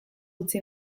utzi